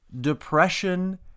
Depression